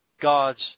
God's